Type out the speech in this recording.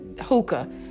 hookah